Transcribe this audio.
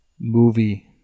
movie